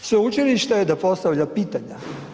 Sveučilište je da postavlja pitanja.